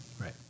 right